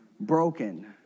broken